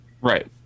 Right